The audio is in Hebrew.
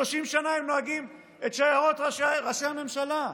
30 שנה הם נוהגים את שיירות ראשי הממשלה.